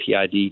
PID